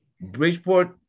Bridgeport